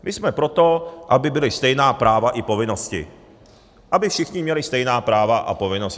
My jsme pro to, aby byla stejná práva i povinnosti, aby všichni měli stejná práva a povinnosti.